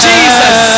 Jesus